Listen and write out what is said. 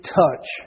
touch